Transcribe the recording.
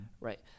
right